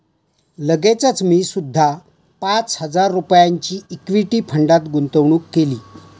लगेचच मी सुद्धा पाच हजार रुपयांची इक्विटी फंडात गुंतवणूक केली